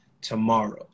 tomorrow